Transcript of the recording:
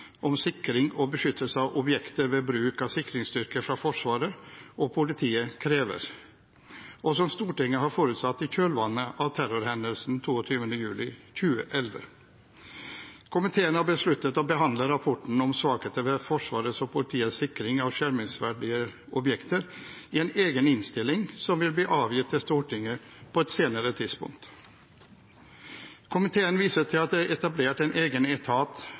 om sikring og beskyttelse av objekter ved bruk av sikringsstyrker fra Forsvaret og politiet krever, og som Stortinget har forutsatt i kjølvannet av terrorhendelsene 22. juli 2011. Komiteen har besluttet å behandle rapporten om svakheter ved Forsvarets og politiets sikring av skjermingsverdige objekter i en egen innstilling, som vil bli avgitt til Stortinget på et senere tidspunkt. Komiteen viser til at det er etablert en egen etat